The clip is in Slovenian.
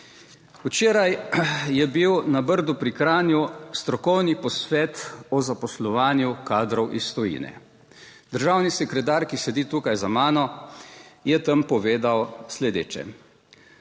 Včeraj je bil na Brdu pri Kranju strokovni posvet o zaposlovanju kadrov iz tujine. Državni sekretar, ki sedi tukaj za mano, je tam povedal sledeče,